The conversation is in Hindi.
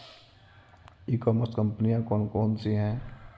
ई कॉमर्स कंपनियाँ कौन कौन सी हैं?